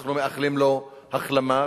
ואנחנו מאחלים לו החלמה,